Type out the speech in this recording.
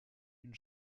une